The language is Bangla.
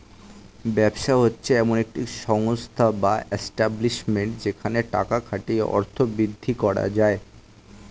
ব্যবসা হচ্ছে এমন একটি সংস্থা বা এস্টাব্লিশমেন্ট যেখানে টাকা খাটিয়ে অর্থ বৃদ্ধি করা যায়